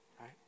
right